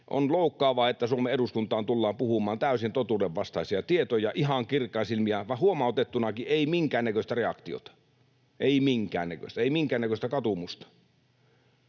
On loukkaavaa, että Suomen eduskuntaan tullaan puhumaan täysin totuudenvastaisia tietoja ihan kirkkain silmin, ja huomautettunakaan ei minkään näköistä reaktiota — ei minkään näköistä,